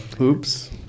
oops